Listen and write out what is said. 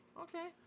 Okay